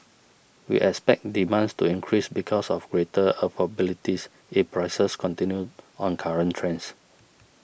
we expect demands to increase because of greater afford abilities if prices continue on current trends